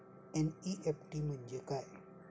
NEFT म्हणजे काय?